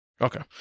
Okay